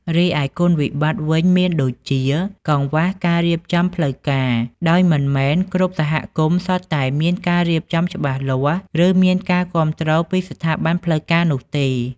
រីឯគុណវិបត្តិវិញមានដូចជា កង្វះការរៀបចំផ្លូវការ ដោយមិនមែនគ្រប់សហគមន៍សុទ្ធតែមានការរៀបចំច្បាស់លាស់ ឬមានការគាំទ្រពីស្ថាប័នផ្លូវការនោះទេ ។